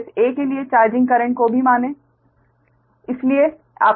face 'a' के charging current को भी जानें